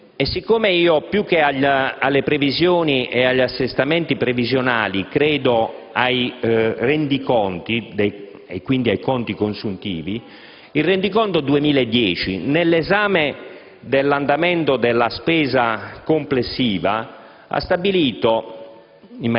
Siccome io, più che alle previsioni e agli assestamenti previsionali, credo ai rendiconti e quindi ai conti consuntivi, ricordo che il rendiconto 2010, nell'esame dell'andamento della spesa complessiva, ha stabilito